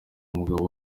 umugabo